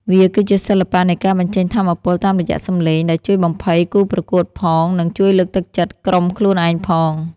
វាគឺជាសិល្បៈនៃការបញ្ចេញថាមពលតាមរយៈសំឡេង ដែលជួយបំភ័យគូប្រកួតផង និងជួយលើកទឹកចិត្តក្រុមខ្លួនឯងផង។